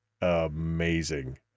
amazing